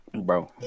Bro